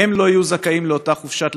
לא יהיו זכאים לאותה חופשה,